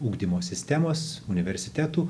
ugdymo sistemos universitetų